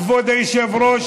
כבוד היושב-ראש,